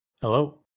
Hello